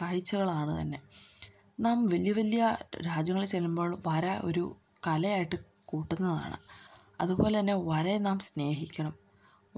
കാഴ്ചകളാണ് തന്നെ നാം വലിയ വലിയ രാജ്യങ്ങളിൽ ചെല്ലുമ്പോൾ വര ഒരു കലയായിട്ടു കൂട്ടുന്നതാണ് അതുപോലെ തന്നെ വരയെ നാം സ്നേഹിക്കണം